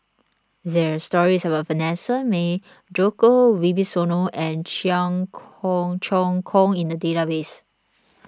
there are stories about Vanessa Mae Djoko Wibisono and Cheong Kong Choong Kong in the database